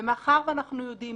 ומאחר שאנחנו יודעים,